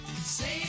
save